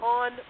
on